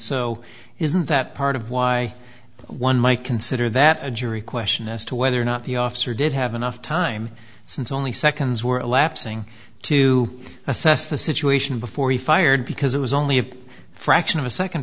so isn't that part of why one might consider that a jury question as to whether or not the officer did have enough time since only seconds were elapsing to assess the situation before he fired because it was only a fraction of a second